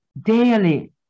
daily